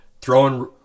throwing